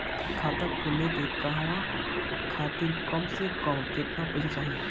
खाता खोले के कहवा खातिर कम से कम केतना पइसा चाहीं?